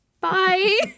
bye